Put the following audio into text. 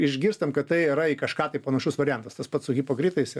išgirstam kad tai yra į kažką tai panašus variantas tas pats su hipokritais